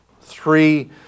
Three